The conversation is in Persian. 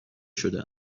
شده